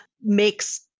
makes